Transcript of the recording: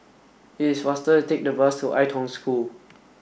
it is faster to take the bus to Ai Tong School